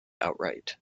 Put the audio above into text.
outright